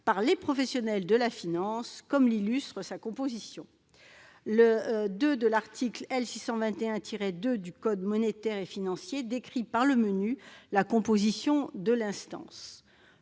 par les professionnels de la finance, ainsi que l'illustre sa composition. Le II de l'article L. 621-2 du code monétaire et financier décrit par le menu la composition de l'instance.